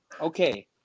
okay